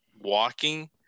walking